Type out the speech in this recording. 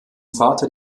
vater